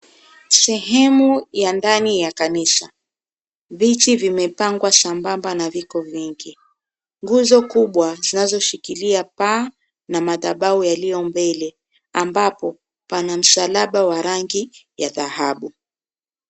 Sehemu ya ndani ya kanisa , viti vimepangwa sambamba na viko vingi. Nguzo Kubwa zinazoshikilia paa na madhabau yaliyo mbele ambapo pana msalaba wa rangi ya dhahabu